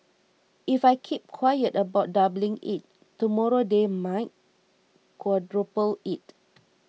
if I keep quiet about doubling it tomorrow they might quadruple it